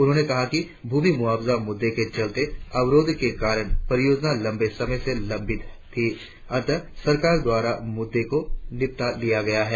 उन्होंने कहा कि भूमि मुआवजा मुद्दे के चलते अवरोध के कारण परियोजना लम्बे समय से संबित थी अंततः सरकार द्वारा मुद्दे को निपटा लिया गया है